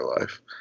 life